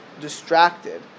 distracted